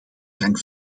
gang